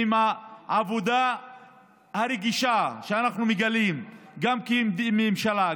ועם העבודה הרגישה שאנחנו מגלים גם כממשלה,